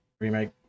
Remake